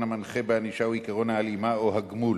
המנחה בענישה הוא עקרון ההלימה או הגמול,